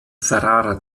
ferrara